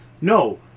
No